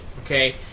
Okay